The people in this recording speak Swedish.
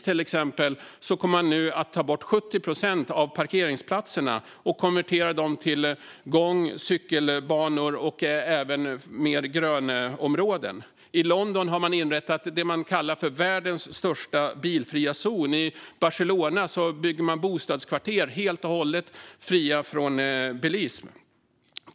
Till exempel kommer man nu i Paris att ta bort 70 procent av parkeringsplatserna och konvertera dem till gång och cykelbanor och grönområden. I London har man inrättat det man kallar världens största bilfria zon. I Barcelona bygger man bostadskvarter som är helt och hållet fria från bilism.